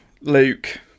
Luke